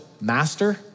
master